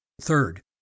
Third